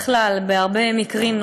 בכלל בהרבה מקרים,